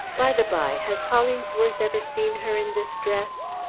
by the bye, has hollingsworth ever seen her in this dress?